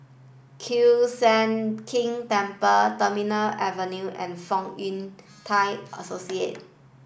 Kiew Sian King Temple Terminal Avenue and Fong Yun Thai Associate